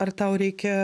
ar tau reikia